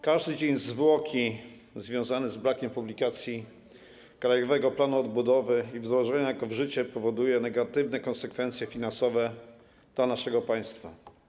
Każdy dzień zwłoki związany z brakiem publikacji Krajowego Planu Odbudowy i wdrożeniem go w życie powoduje negatywne konsekwencje finansowe dla naszego państwa.